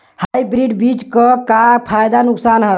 Hybrid बीज क का फायदा नुकसान ह?